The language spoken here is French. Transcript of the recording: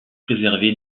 préservé